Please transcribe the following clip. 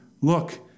look